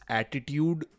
attitude